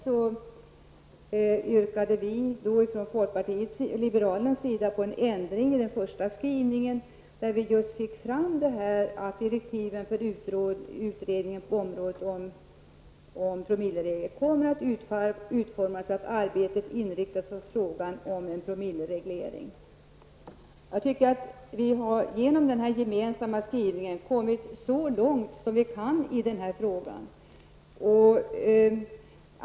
Vi yrkade då från folkpartiet liberalernas sida på en ändring av den första skrivningen så till vida att direktiven för utredningen på området ''kommer att utformas så att arbetet inriktas på frågan om en promillereglering''. Genom denna gemensamma skrivning har vi kommit så långt som vi kan i denna fråga.